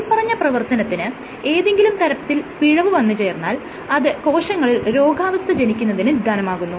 മേല്പറഞ്ഞ പ്രവർത്തനത്തിന് ഏതെങ്കിലും തരത്തിൽ പിഴവ് വന്നു ചേർന്നാൽ അത് കോശങ്ങളിൽ രോഗാവസ്ഥ ജനിക്കുന്നതിന് നിധാനമാകുന്നു